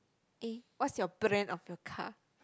eh what is your brand of your car